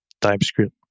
typescript